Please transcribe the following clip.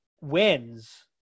wins